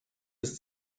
das